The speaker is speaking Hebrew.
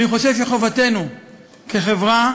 אני חושב שחובתנו כחברה